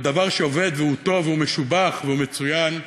ודבר שעובד והוא טוב והוא משובח והוא מצוין,